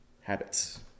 habits